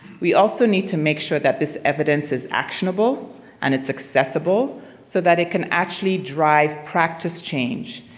we also need to make sure that this evidence is actionable and it's accessible so that it can actually drive practice change.